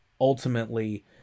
ultimately